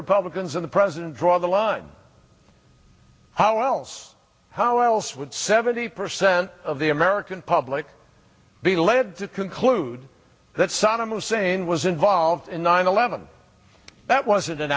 republicans in the president draw the line how else how else would seventy percent of the american public be led to conclude that saddam hussein was involved in nine eleven that wasn't an